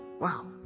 Wow